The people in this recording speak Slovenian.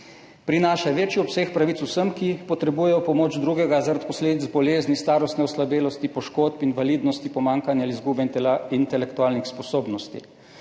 Prinaša večji obseg pravic vsem, ki potrebujejo pomoč drugega zaradi posledic bolezni, starostne oslabelosti, poškodb, invalidnosti, pomanjkanja ali izgube intelektualnih sposobnosti.